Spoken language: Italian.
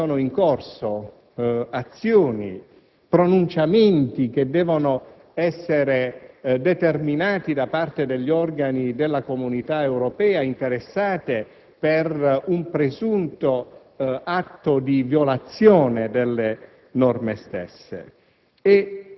Su questa vicenda sono in corso azioni e pronunciamenti che devono essere determinati da parte degli organi della Comunità europea, interessati per un presunto atto di violazione delle